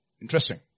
Interesting